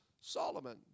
Solomon